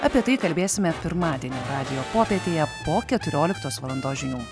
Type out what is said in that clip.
apie tai kalbėsime pirmadienį radijo popietėje po keturioliktos valandos žinių